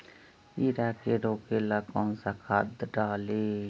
कीड़ा के रोक ला कौन सा खाद्य डाली?